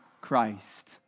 Christ